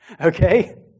Okay